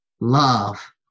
Love